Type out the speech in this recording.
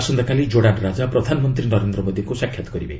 ଆସନ୍ତାକାଲି ଜୋର୍ଡାନ୍ ରାଜା ପ୍ରଧାନମନ୍ତ୍ରୀ ନରେନ୍ଦ୍ର ମୋଦିଙ୍କୁ ସାକ୍ଷାତ କରିବେ